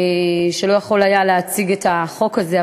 שלא יכול היה להציג את החוק הזה.